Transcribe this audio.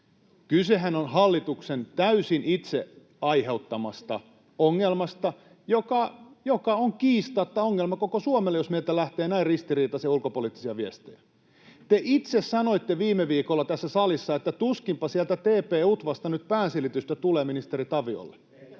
Kysehän on hallituksen täysin itse aiheuttamasta ongelmasta, joka on kiistatta ongelma koko Suomelle, jos meiltä lähtee näin ristiriitaisia ulkopoliittisia viestejä. Te itse sanoitte viime viikolla tässä salissa, että tuskinpa sieltä TP-UTVAsta nyt päänsilitystä tulee ministeri Taviolle,